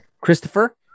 Christopher